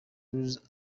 rules